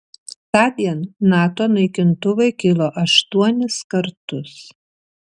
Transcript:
tądien nato naikintuvai kilo aštuonis kartus